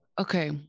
okay